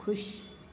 ख़ुशि